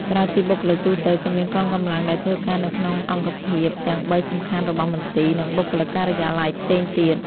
ក្រៅពីបុគ្គលិកទូទៅ ក៏មានកងកម្លាំងដែលធ្វើការនៅក្នុងអង្គភាពទាំងបីសំខាន់របស់មន្ទីរ និងបុគ្គលិកការិយាល័យផ្សេងទៀត។